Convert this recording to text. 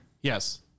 Yes